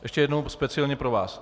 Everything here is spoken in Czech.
Ještě jednou speciálně pro vás.